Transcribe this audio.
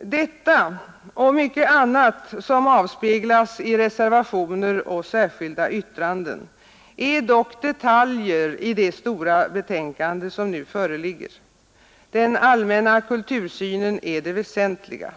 Detta och mycket annat som avspeglas i reservationer och särskilda yttranden är dock detaljer i det stora betänkande som nu föreligger. Den allmänna kultursynen är det väsentliga.